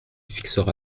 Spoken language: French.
fixera